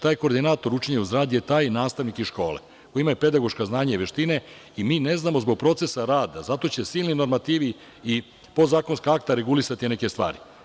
Taj koordinator učenja uz rad je taj nastavnik iz škole, koji ima pedagoška znanja i veštine i ne znamo zbog procesa rada, zato će silni normativi i podzakonska akta regulisati neke stvari.